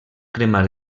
cremar